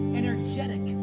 energetic